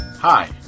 Hi